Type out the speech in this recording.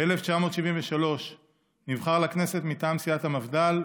ב-1973 נבחר לכנסת מטעם סיעת המפד"ל,